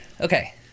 Okay